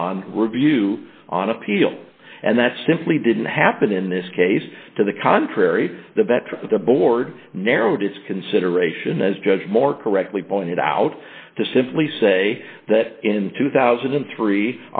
on review on appeal and that simply didn't happen in this case to the contrary the better the board narrowed its consideration as judge more correctly pointed out to simply say that in two thousand and three